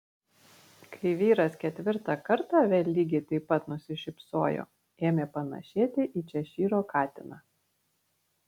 kai vyras ketvirtą kartą vėl lygiai taip pat nusišypsojo ėmė panašėti į češyro katiną